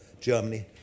Germany